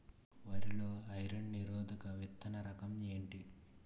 వరి లో ఐరన్ నిరోధక విత్తన రకం ఏంటి?